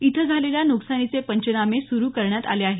इथं झालेल्या नुकसानीचे पंचनामे सुरू करण्यात आले आहेत